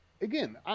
again